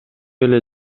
эле